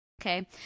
Okay